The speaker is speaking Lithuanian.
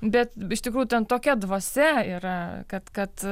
bet iš tikrųjų ten tokia dvasia yra kad kad